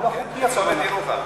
הוא לא חוקי, הכוונה.